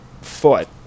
foot